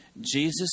Jesus